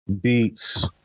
beats